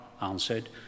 answered